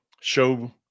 Show